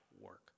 work